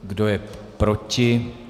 Kdo je proti?